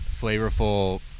flavorful